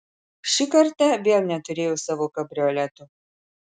ši karta vėl neturėjo savo kabrioleto